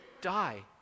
die